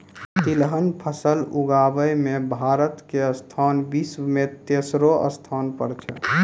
तिलहन फसल उगाबै मॅ भारत के स्थान विश्व मॅ तेसरो स्थान पर छै